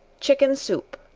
chicken soup.